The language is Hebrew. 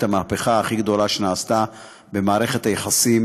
את המהפכה הכי גדולה שנעשתה במערכת היחסים